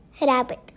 Rabbit